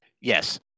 Yes